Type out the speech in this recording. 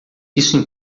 isso